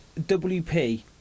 WP